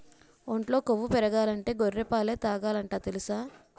ఒంట్లో కొవ్వు పెరగాలంటే గొర్రె పాలే తాగాలట తెలుసా?